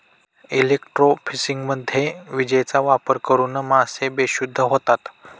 इलेक्ट्रोफिशिंगमध्ये विजेचा वापर करून मासे बेशुद्ध होतात